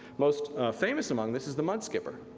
most famous among this is the mudskipper.